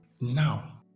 now